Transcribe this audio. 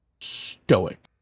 Stoic